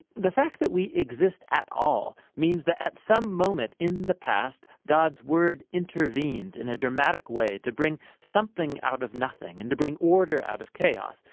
the fact that we exist at all means that at some moment in the past, god's word intervened in a dramatic way to bring something out of nothing and to bring order out of chaos,